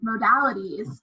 modalities